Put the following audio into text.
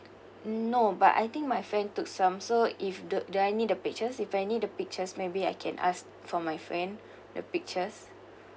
no but I think my friend took some so if the do I need the pictures if I need the pictures maybe I can ask from my friend the pictures